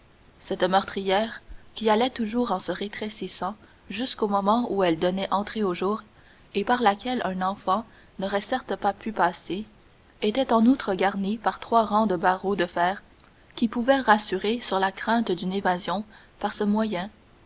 cette meurtrière qui allait toujours en se rétrécissant jusqu'au moment où elle donnait entrée au jour et par laquelle un enfant n'aurait certes pas pu passer était en outre garnie par trois rangs de barreaux de fer qui pouvaient rassurer sur la crainte d'une évasion par ce moyen